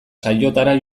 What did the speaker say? saiotara